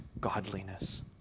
godliness